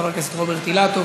חבר הכנסת רוברט אילטוב,